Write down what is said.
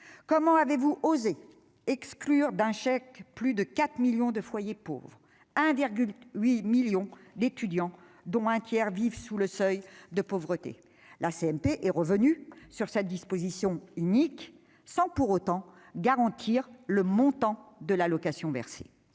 Comment avez-vous osé exclure d'un chèque plus de 4 millions de foyers pauvres et 1,8 million d'étudiants, dont un tiers vit sous le seuil de pauvreté ? La CMP est revenue sur cette disposition inique, sans pour autant garantir le montant de l'allocation versée.